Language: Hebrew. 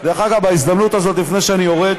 דרך אגב, בהזדמנות הזאת, לפני שאני יורד,